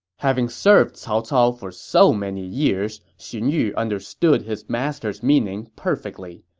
having served cao cao for so many years, xun yu understood his master's meaning perfectly.